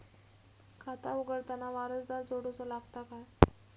खाता उघडताना वारसदार जोडूचो लागता काय?